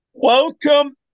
Welcome